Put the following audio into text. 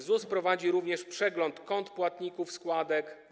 ZUS prowadzi również przegląd kont płatników składek.